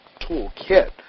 toolkit